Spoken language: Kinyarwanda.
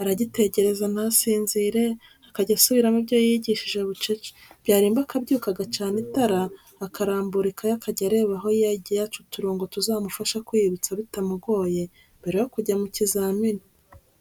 aragitekereza ntasinzire, akajya asubiramo ibyo yiyigishije bucece, byarimba akabyuka agacana itara, akarambura ikayi akajya areba aho yagiye aca uturongo tuzamufasha kwiyibutsa bitamugoye, mbere yo kujya mu kizamini.